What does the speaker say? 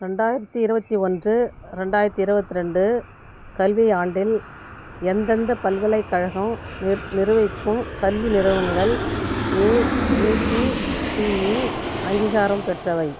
ரெண்டாயிரத்தி இருபத்தி ஒன்று ரெண்டாயிரத்தி இருபத்ரெண்டு கல்வியாண்டில் எந்தெந்த பல்கலைக்கழகம் நிர்வகிக்கும் கல்வி நிறுவனங்கள் ஏஏசிடிஇ அங்கீகாரம் பெற்றவை